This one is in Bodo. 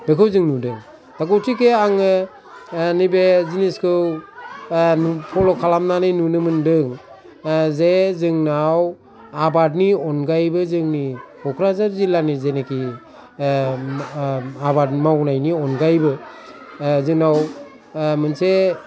बेखौ जों नुदों दा गथिखे आङो नै बे जिनिसखौ फल' खालामनानै नुनो मोनदों जे जोंनाव आबादनि अनगायैबो जोंनि क'क्राझार जिल्लानि जेनाखि आबाद मावनायनि अनगायैबो जोंनाव मोनसे